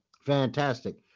Fantastic